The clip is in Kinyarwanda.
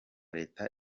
leta